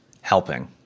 helping